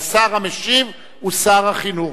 השר המשיב הוא שר החינוך.